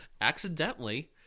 accidentally